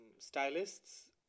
Stylists